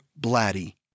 Blatty